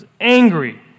angry